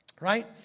right